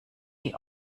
die